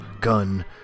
gun